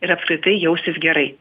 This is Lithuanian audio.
ir apskritai jaustis gerai